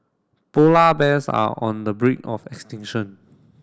polar bears are on the brink of extinction